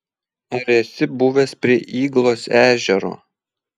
ar esi buvęs prie yglos ežero